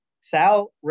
Sal